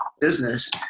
business